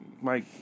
Mike